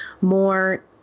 more